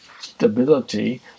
stability